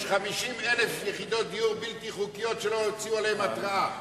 יש 50,000 יחידות דיור בלתי חוקיות שלא הוציאו עליהן התראה.